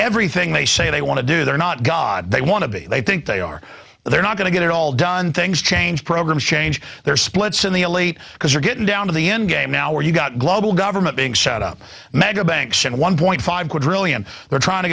everything they say they want to do they're not god they want to be they think they are they're not going to get it all done things change programs change their splits in the elite because we're getting down to the endgame now where you've got global government being shot up mega banks and one point five quadrillion they're trying to